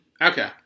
Okay